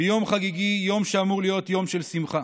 ביום חגיגי, יום שאמור להיות יום של שמחה.